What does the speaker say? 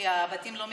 כי הבתים לא מתכנסים.